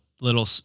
little